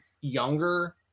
younger